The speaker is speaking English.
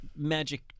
Magic